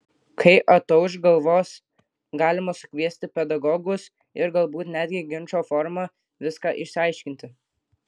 kai atauš galvos galima sukviesti pedagogus ir galbūt netgi ginčo forma viską išsiaiškinti